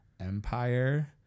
empire